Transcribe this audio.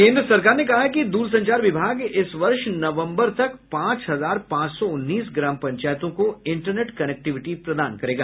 केन्द्र सरकार ने कहा है कि दूरसंचार विभाग इस वर्ष नवंबर तक पांच हजार पांच सौ उन्नीस ग्राम पंचायतों को इंटरनेट कनेक्टिविटी प्रदान करेगा